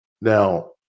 Now